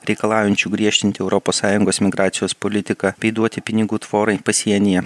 reikalaujančių griežtinti europos sąjungos migracijos politiką bei duoti pinigų tvorai pasienyje